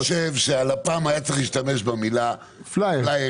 אני חושב שהלפ"ם היה צריך להשתמש במילה פליירים.